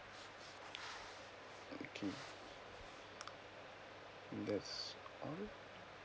okay that's all